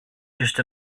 just